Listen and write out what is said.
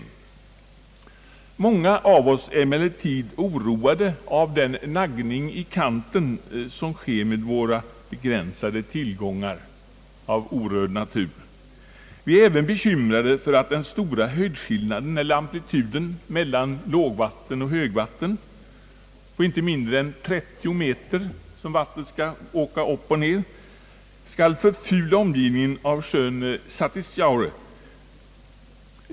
Många av oss är emellertid oroade av den naggning i kanten som sker med våra begränsade tillgångar av orörd natur. Vi är även bekymrade för att den stora höjdskillnaden eller amplituden mellan högvatten och lågvatten på ej mindre än 30 meter skall förfula omgivningarna runt omkring sjön Satisjaure.